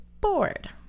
bored